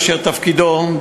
אשר תפקידו,